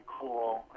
cool